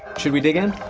should we dig in?